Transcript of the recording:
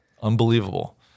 unbelievable